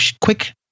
quick